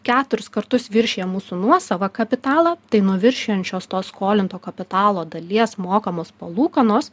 keturis kartus viršija mūsų nuosavą kapitalą tai nuo viršijančios to skolinto kapitalo dalies mokamos palūkanos